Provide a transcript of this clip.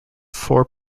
four